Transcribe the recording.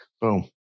Boom